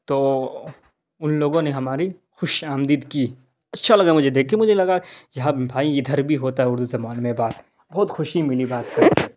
تو ان لوگوں نے ہماری خوش آمدید کی اچھا لگا مجھے دیکھ کے مجھے لگا کہ بھائی ادھر بھی ہوتا ہے اردو زبان میں بات بہت خوشی ملی بات کر کے